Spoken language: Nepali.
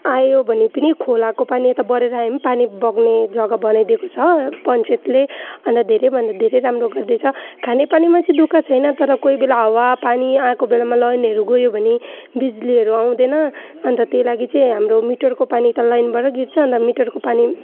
आयो भने पनि खोलाको पानी यता बढेर आयो भने पानी बग्ने जग्गा बनाइदिएको छ पन्चायतले अन्त धेरैभन्दा धेरै राम्रो गर्दैछ खाने पानीमा चाहिँ दुखः छैन तर कोही बेला हावापानी आको बेलामा लाइनहरू गयो भने बिजुलीहरू आउँदैन अन्त त्यही लागि चाहिँ हाम्रो मिटरको पानी त लाइनबाट गिर्छ अन्त मिटरको पानी